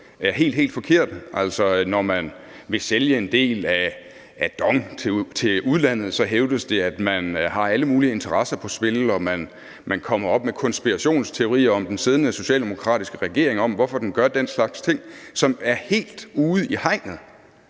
helt forkerte. Når en del af DONG skal sælges til udlandet, så hævdes det, at der er alle mulige interesser på spil, og man kommer op med konspirationsteorier om den siddende socialdemokratiske regering om, hvorfor den gør den slags ting, og det er helt ude i hegnet.